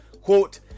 Quote